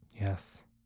Yes